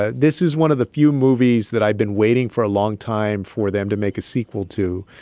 ah this is one of the few movies that i've been waiting for a long time for them to make a sequel to.